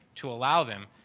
to allow them,